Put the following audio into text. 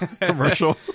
commercial